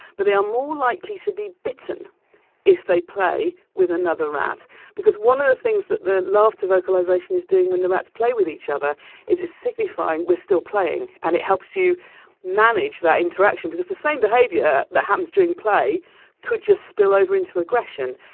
but they are more likely to be bitten if they play with another rat because one of the things that their laughter vocalization is doing when the rats play with each other is it's signifying we're still playing. and it helps you manage that interaction because the same behavior that happens during play could just spill over into aggression.